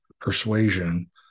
persuasion